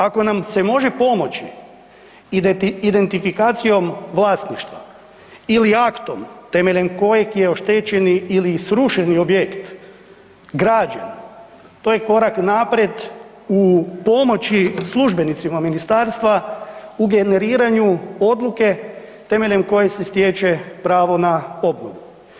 Ako nam se može pomoći identifikacijom vlasništva ili aktom temeljem kojeg je oštećeni ili srušeni objekt građen, to je korak naprijed u pomoći službenicima Ministarstva u generiranju odluke temeljem koje se stječe pravo na obnovu.